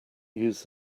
use